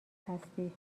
هستی